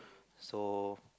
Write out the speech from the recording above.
so